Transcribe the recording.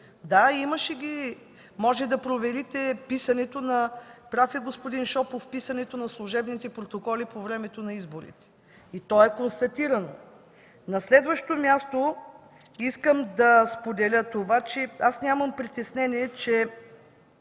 Да, имаше ги. Можете да проверите – прав е господин Шопов, писането на служебните протоколи по време на изборите. То е констатирано. На следващо място искам да споделя, че нямам притеснение, че